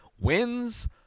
wins